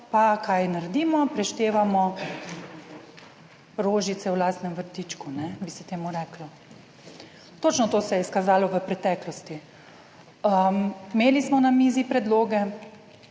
kaj naredimo? Preštevamo rožice v lastnem vrtičku, bi se temu reklo. Točno to se je izkazalo v preteklosti. Imeli smo na mizi predloge,